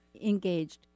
Engaged